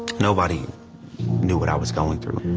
nobody knew what i was going through.